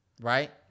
Right